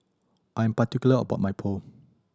I am particular about my Pho